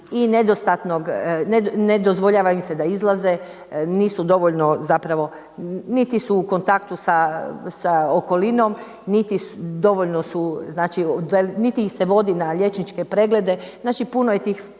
znači i ne dozvoljava im se da izlaze, nisu dovoljno zapravo, niti su u kontaktu sa okolinom, niti su, dovoljno su znači, niti ih